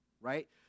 right